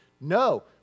No